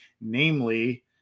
namely